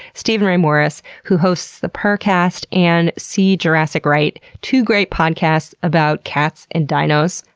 steven ray morris, who hosts the purrrcast and see jurassic right, two great podcasts about cats and dinos.